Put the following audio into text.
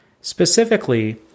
Specifically